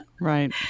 Right